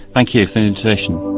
thank you for the invitation.